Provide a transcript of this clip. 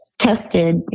tested